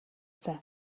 цай